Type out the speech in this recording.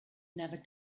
never